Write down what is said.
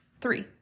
three